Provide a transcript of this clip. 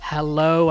Hello